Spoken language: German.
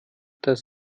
dass